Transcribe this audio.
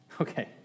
Okay